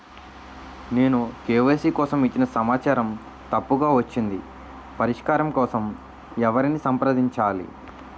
నేను కే.వై.సీ కోసం ఇచ్చిన సమాచారం తప్పుగా వచ్చింది పరిష్కారం కోసం ఎవరిని సంప్రదించాలి?